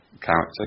character